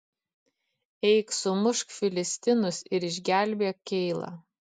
eik sumušk filistinus ir išgelbėk keilą